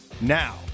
Now